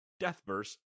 Deathverse